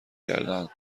کردهاند